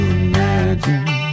imagine